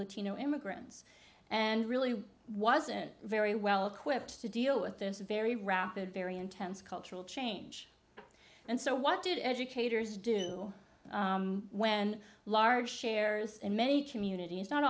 latino immigrants and really wasn't very well equipped to deal with this very rapid very intense cultural change and so what did educators do when large shares in many communities not